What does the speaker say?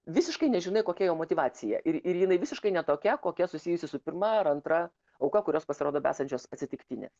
visiškai nežinai kokia jo motyvacija ir ir jinai visiškai ne tokia kokia susijusi su pirma ar antra auka kurios pasirodo besančios atsitiktinės